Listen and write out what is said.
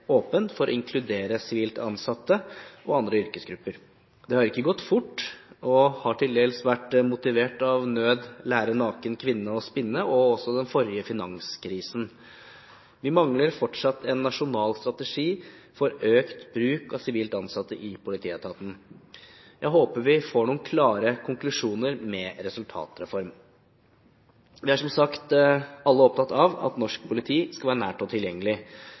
for å inkludere sivilt ansatte og andre yrkesgrupper. Det har ikke gått fort, og har til dels vært motivert av at nød lærer naken kvinne å spinne og den forrige finanskrisen. Vi mangler fortsatt en nasjonal strategi for økt bruk av sivilt ansatte i politietaten. Jeg håper vi får noen klare konklusjoner med resultatreform. Vi er som sagt alle opptatt av at norsk politi skal være nært og tilgjengelig.